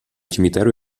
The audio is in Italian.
cimitero